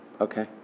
Okay